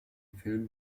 film